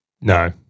No